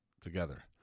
Together